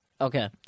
Okay